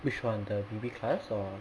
which one the V_B class or